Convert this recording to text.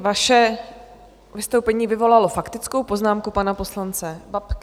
Vaše vystoupení vyvolalo faktickou poznámku pana poslance Babky.